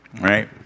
right